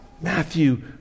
Matthew